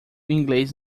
inglês